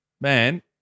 Man